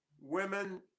Women